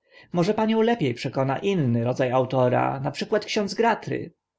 gratry teolog i filozof członek akademii francuskie zwierciadlana zagadka co